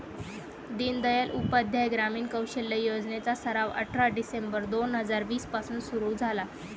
दीनदयाल उपाध्याय ग्रामीण कौशल्य योजने चा सराव अठरा डिसेंबर दोन हजार वीस पासून सुरू झाला